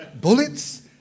bullets